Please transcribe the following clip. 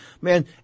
man